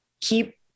keep